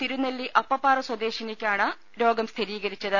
തിരുനെല്ലി അപ്പപ്പാറ സ്വദേശിനിക്കാണ് രോഗ്ം സ്ഥിരീകരിച്ചത്